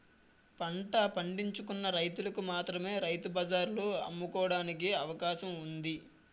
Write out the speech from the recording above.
పంట పండించుకున్న రైతులకు మాత్రమే రైతు బజార్లలో అమ్ముకోవడానికి అవకాశం ఉంది